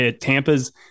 Tampa's